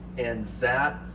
and that,